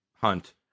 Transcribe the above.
hunt